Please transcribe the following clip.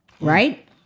Right